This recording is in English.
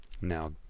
Now